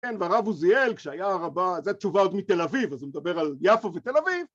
כן, והרב עוזיאל, כשהיה רבה, זו תשובה עוד מתל אביב, אז הוא מדבר על יפו ותל אביב.